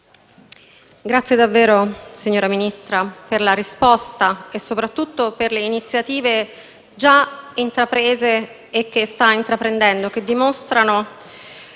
la ringrazio per la risposta e soprattutto per le iniziative già intraprese e che sta intraprendendo, che dimostrano